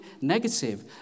negative